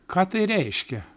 ką tai reiškia